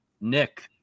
Nick